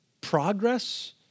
Progress